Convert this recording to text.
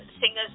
singers